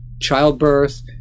childbirth